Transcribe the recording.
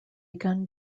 gunned